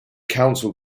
council